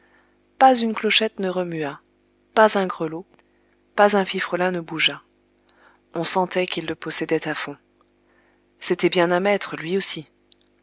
pas une clochette ne remua pas un grelot pas un fifrelin ne bougea on sentait qu'il le possédait à fond c'était bien un maître lui aussi